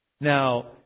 Now